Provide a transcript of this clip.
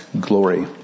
glory